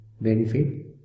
benefit